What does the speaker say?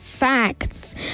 Facts